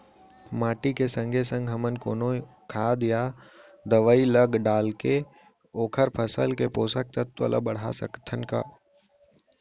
माटी के संगे संग हमन कोनो खाद या दवई ल डालके ओखर फसल के पोषकतत्त्व ल बढ़ा सकथन का?